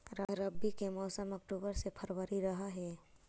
रब्बी के मौसम अक्टूबर से फ़रवरी रह हे